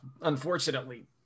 unfortunately